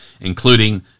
including